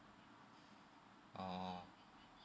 oh